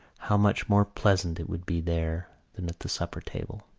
how much more pleasant it would be there than at the supper-table!